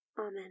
Amen